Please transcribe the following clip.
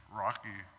rocky